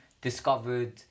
discovered